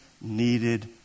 needed